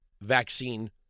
vaccine